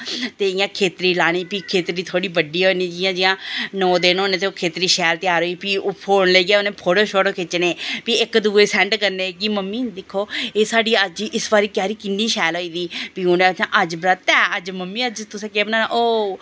ते इयां खेत्तरी लानी खेत्तरी बड्डी होनी जियां नौं दिन होने ते ओह् खेत्तरी शैल तेआर फोन लेइयै उनैं फोटो सोटो खिच्चने फ्ही इक दुए गी सैंड करने कि एह् साढ़ी इस बारी कैरी किन्नी शैल होई दी ही प्ही अज्ज ब्रत ऐ अज्ज तुसैं केह् बनाना ओह्